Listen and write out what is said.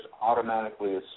automatically